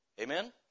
Amen